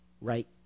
Right